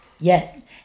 yes